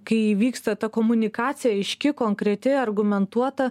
kai įvyksta ta komunikacija aiški konkreti argumentuota